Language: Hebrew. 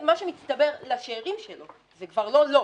מה שמצטבר לשארים שלו זה כבר לא לו,